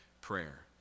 prayer